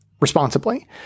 responsibly